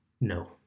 no